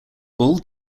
bald